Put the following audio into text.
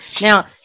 Now